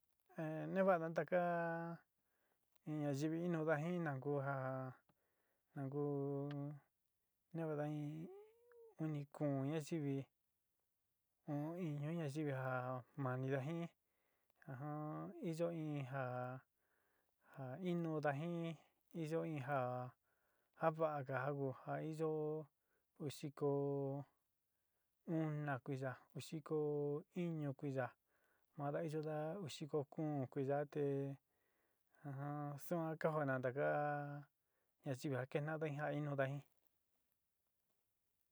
Ne'eva ntaká nayivi inuga jin nankú ja nankú ñaava'ana uni kuún ñayivi u'ún inu nayivi ja maniga jin iyo in ja innudá jin, iyo in ja ja vaága ja ku ja iyo uú xikó una kuiya. uú xiko iñu kuiya, ma'ada iyona uú xiko kuún kuia te suan ka joó nantaka yachiga kena'ada ja inuúda jin.